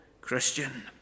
Christian